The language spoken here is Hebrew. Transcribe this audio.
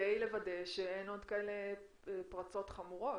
כדי לוודא שאין עוד כאלה פרצות חמורות?